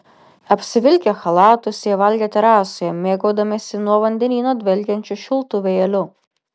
apsivilkę chalatus jie valgė terasoje mėgaudamiesi nuo vandenyno dvelkiančiu šiltu vėjeliu